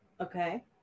Okay